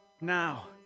Now